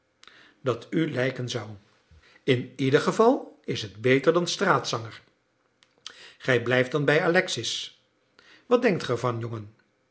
dat u lijken zou in ieder geval is het beter dan straatzanger gij blijft dan bij alexis wat denk ge ervan jongen